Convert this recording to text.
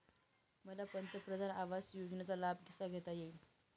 मला पंतप्रधान आवास योजनेचा लाभ कसा घेता येईल?